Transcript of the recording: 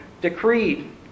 decreed